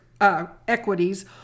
equities